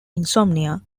insomnia